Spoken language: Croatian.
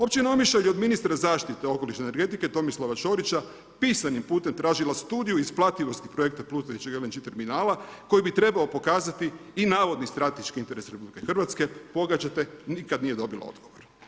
Općina Omišalj od ministra zaštite okoliša i energetike Tomislava Ćorića pisanim putem tražila Studiju isplativosti projekta plutajućeg LNG terminala koji bi trebao pokazati i navodni strateški interes RH, pogađate nikada nije dobila odgovor.